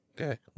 Okay